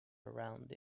around